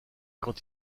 quand